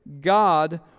God